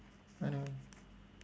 I know